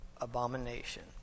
abomination